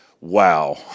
wow